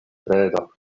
kredo